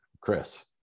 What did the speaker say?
Chris